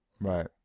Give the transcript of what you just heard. Right